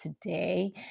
today